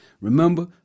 Remember